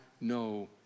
no